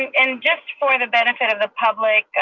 and just for the benefit of the public,